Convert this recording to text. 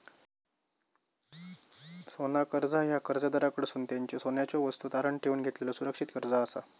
सोना कर्जा ह्या कर्जदाराकडसून त्यांच्यो सोन्याच्यो वस्तू तारण ठेवून घेतलेलो सुरक्षित कर्जा असा